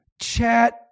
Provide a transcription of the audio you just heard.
chat